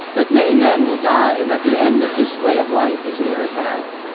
that many men will die and that the end of this way of life is near at hand.